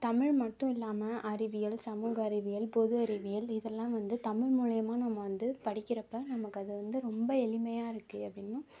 தமிழ் மட்டும் இல்லாமல் அறிவியல் சமூக அறிவியல் பொது அறிவியல் இதெல்லாம் வந்து தமிழ் மூலிமா நம்ம வந்து படிக்கிறப்போ நமக்கு அதை வந்து அது ரொம்ப எளிமையாக இருக்குது அப்படின்னு